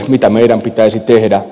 mitä meidän pitäisi tehdä